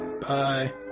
Bye